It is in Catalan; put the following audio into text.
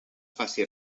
faci